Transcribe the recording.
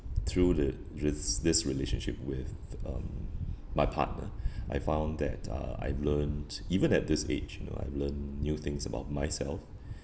through the drifts this relationship with um my partner I found that uh I've learnt even at this age you know I've learnt new things about myself